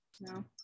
No